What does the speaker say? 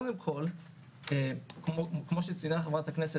כמו שצינה חברת הכנסת